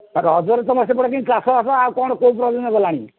ରଜରେ ତୁମ ସେପଟରେ କେମିତି ଚାଷବାସ ଆଉ କ'ଣ କେଉଁ ପର୍ଯ୍ୟନ୍ତ ଗଲାଣି